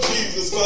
Jesus